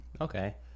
okay